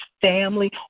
family